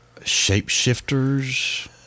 shapeshifters